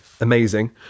amazing